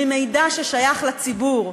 מידע ששייך לציבור.